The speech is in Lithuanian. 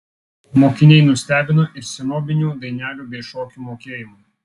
mokiniai nustebino ir senobinių dainelių bei šokių mokėjimu